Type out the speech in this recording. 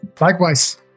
likewise